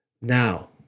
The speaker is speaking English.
Now